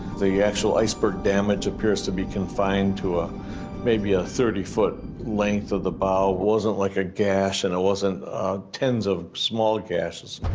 the actual iceberg damage appears to be confined to a maybe a thirty foot length of the bow wasn't like a gash and it wasn't tens of small gashes.